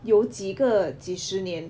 有几个几十年